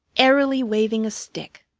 airily waving a stick.